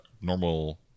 normal